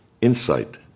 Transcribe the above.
insight